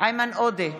איימן עודה,